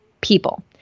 people